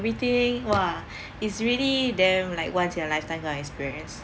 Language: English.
everything !wah! it's really damn like once in a lifetime kind of experience